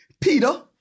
Peter